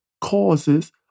causes